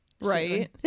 right